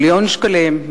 מיליון שקלים,